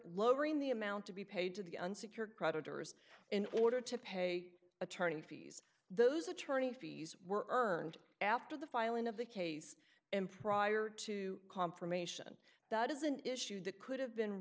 lowering the amount to be paid to the unsecured creditors in order to pay attorney fees those attorney fees were earned after the filing of the case and prior to confirmation that is an issue that could have been